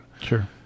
sure